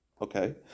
Okay